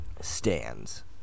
stands